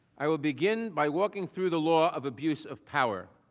i will begin by walking through the law of abuse of power.